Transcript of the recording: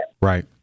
Right